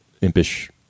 impish